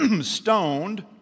stoned